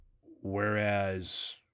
whereas